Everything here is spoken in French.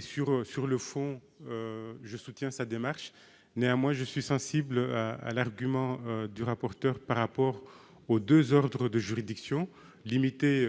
Sur le fond, je soutiens sa démarche. Néanmoins, je suis sensible à l'argument du rapporteur par rapport aux deux ordres de juridiction. Limiter